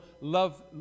love